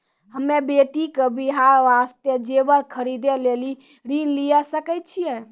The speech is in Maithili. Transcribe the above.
हम्मे बेटी के बियाह वास्ते जेबर खरीदे लेली ऋण लिये सकय छियै?